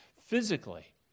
physically